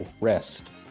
rest